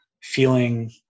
feeling